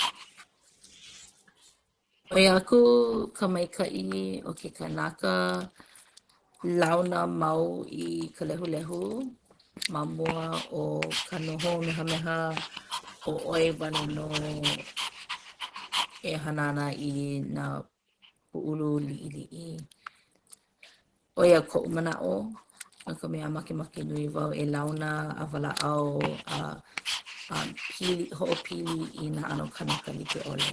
ʻOi aku ka maikaʻi o ke kanaka launa mau i ka lehulehu ma mua o ka noho mehameha ʻo ʻoe wale nō e hana ana i nā pūʻulu liʻiliʻi. ʻO ia koʻu manaʻo no ka mea makemake nui wau e launa a walaʻau a pili hoʻopili i nā ʻano kanaka like ʻole.